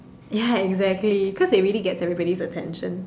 ya exactly cause it really gets everybody's attention